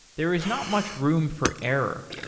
there is not much room for error.